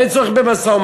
אין צורך במשא-ומתן,